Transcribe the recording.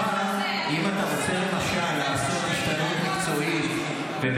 אין סיבה שלשכת עורכי הדין תחסוך על